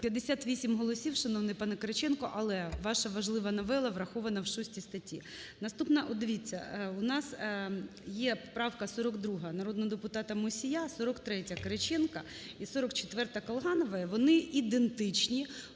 58 голосів, шановний пане Кириченко. Але ваша важлива новела врахована в 6 статті. Наступна. От, дивіться, у нас є поправка 42 народного депутата Мусія, 43-я Кириченка і 44-а Колганової. Вони ідентичні,